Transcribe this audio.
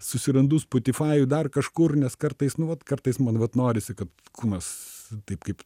susirandu spotifajuj dar kažkur nes kartais nu vat kartais man vat norisi kad kūnas taip kaip